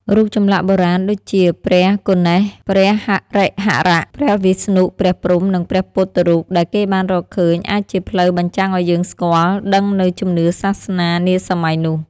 រូបចម្លាក់បុរាណដូចជា ព្រះគណេស ព្រះហរិហរៈ ព្រះវិស្ណុ ព្រះព្រហ្ម និងព្រះពុទ្ធរូបដែលគេបានរកឃើញ អាចជាផ្លូវ បញ្ចាំងឱ្យយើងស្គាល់ ដឹងនូវជំនឿសាសនានាសម័យនោះ ។